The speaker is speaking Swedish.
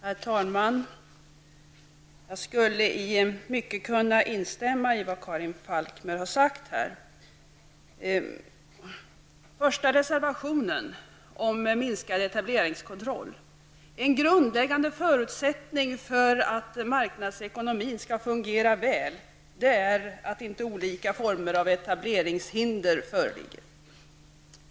Herr talman! Jag kan instämma i mycket av det som Karin Falkmer här har sagt. När det gäller reservation nr 1 om minskad etableringskontroll vill jag understryka att en grundläggande förutsättning för att marknadsekonomin skall fungera väl är att det inte föreligger olika former av etableringshinder.